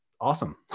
awesome